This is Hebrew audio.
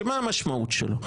שמה המשמעות שלו?